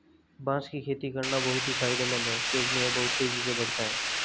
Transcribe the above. बांस की खेती करना बहुत ही फायदेमंद है क्योंकि यह बहुत तेजी से बढ़ता है